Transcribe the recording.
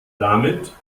damit